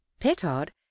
petard